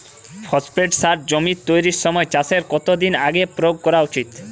Phosphate সার জমি তৈরির সময় চাষের কত দিন আগে প্রয়োগ করা উচিৎ?